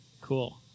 Cool